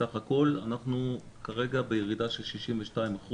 סך הכול אנחנו כרגע בירידה של 62%,